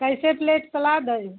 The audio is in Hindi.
कैसे प्लेट सलाद है